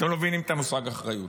אתם לא מבינים את המושג אחריות.